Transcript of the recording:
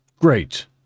Great